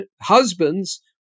husbands